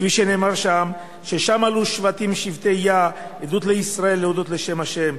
כפי שנאמר שם: "שם עלו שבטים שבטי יה עדוּת לישראל להודות לשם ה'.